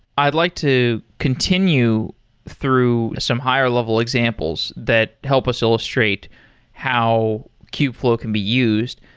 i'd like to continue through some higher-level examples that help us illustrate how kubeflow can be used.